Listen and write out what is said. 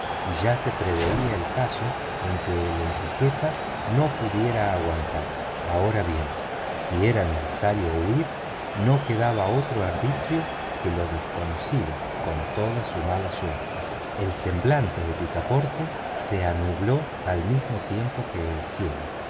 y ya se preveía el caso en que la enriqueta no podría aguantar ahora bien si era necesario huir no quedaba otro arbitrio que lo desconocido con toda su mala suerte el semblante de picaporte se nubló al mismo tiempo que el cielo